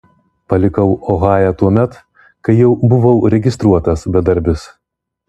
palikau ohają tuomet kai jau buvau registruotas bedarbis